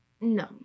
No